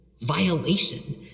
violation